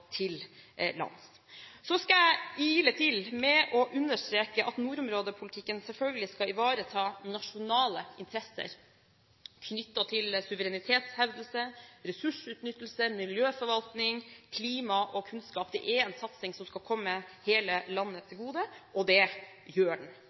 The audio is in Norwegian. til lands. Så skal jeg ile til med å understreke at nordområdepolitikken selvfølgelig skal ivareta nasjonale interesser knyttet til suverenitetshevdelse, ressursutnyttelse, miljøforvaltning, klima og kunnskap. Dette er en satsing som skal komme hele landet